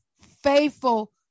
faithful